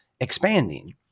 expanding